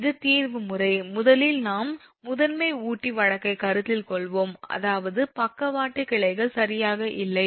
இது தீர்வு முறை முதலில் நாம் முதன்மை ஊட்டி வழக்கைக் கருத்தில் கொள்வோம் அதாவது பக்கவாட்டு கிளைகள் சரியாக இல்லை